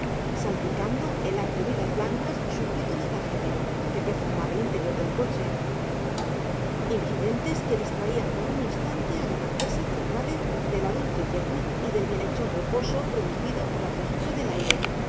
salpicando el haz de lilas blancas sujeto en el tarjetero que perfumaba el interior del coche incidentes que distraían por un instante a la marquesa de andrade de la dulce quietud y del bienhechor reposo producido por la frescura del aire